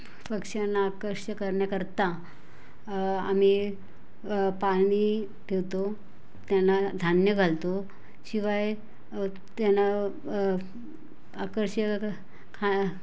पक्ष्यांना आकर्ष करण्याकरता आम्ही पाणी ठेवतो त्यांना धान्य घालतो शिवाय त्यांना आकर्षक खा